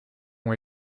ont